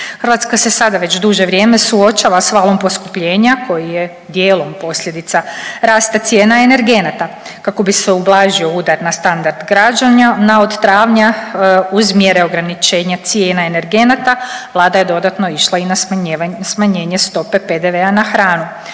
Hrvatska se sada već duže vrijeme suočava s valom poskupljenja koji je dijelom posljedica rasta cijena energenata. Kako bi se ublažio udar na standard građana no od travnja uz mjere ograničenja cijena energenata Vlada je dodatno išla i na smanjenje stope PDV-a na hranu,